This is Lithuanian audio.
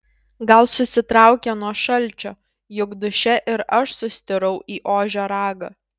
gal susitraukė nuo šalčio juk duše ir aš sustirau į ožio ragą